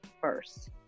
first